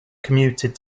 commuted